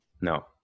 no